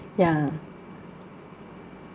ya